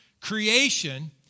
Creation